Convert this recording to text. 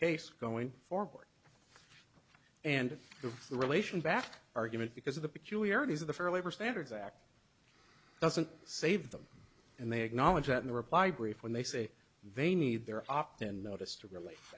case going forward and the relation back argument because of the peculiarities of the fair labor standards act doesn't save them and they acknowledge that in the reply brief when they say they need their opt in notice to rel